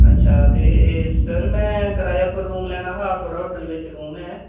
sir में किराये पर रूम लैना हा थुहाड़े होटल च रूम ऐ